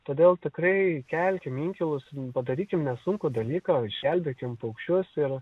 todėl tikrai kelkim inkilus padarykim nesunkų dalyką išgelbėkim paukščius ir